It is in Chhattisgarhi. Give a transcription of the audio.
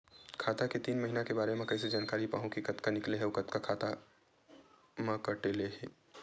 खाता के तीन महिना के बारे मा कइसे जानकारी पाहूं कि कतका निकले हे अउ कतका काटे हे खाता ले?